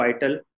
vital